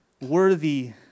Worthy